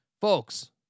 Folks